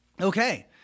Okay